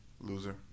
Loser